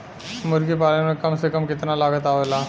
मुर्गी पालन में कम से कम कितना लागत आवेला?